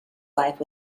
life